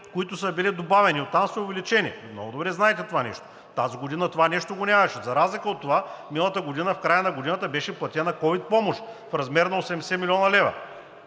които са били добавени и оттам са увеличени. Много добре знаете това. Тази година това го нямаше. За разлика от това, миналата година в края на годината беше платена ковид помощ в размер на 80 млн. лв.